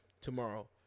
tomorrow